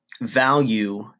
value